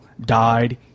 died